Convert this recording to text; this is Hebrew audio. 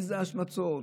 איזה השמצות,